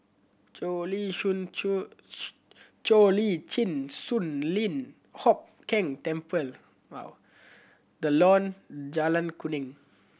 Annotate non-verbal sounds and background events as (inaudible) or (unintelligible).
Cheo Lim (unintelligible) Cheo Lim Chin Sun Lian Hup Keng Temple (unintelligible) The Lawn Jalan Kuning